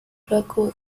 flaco